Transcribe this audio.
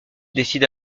décide